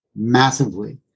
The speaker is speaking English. Massively